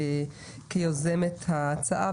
כיוזמת ההצעה,